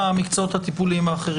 50א